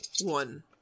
one